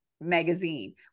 magazine